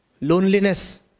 loneliness